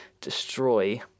destroy